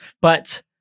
but-